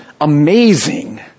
amazing